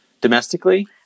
domestically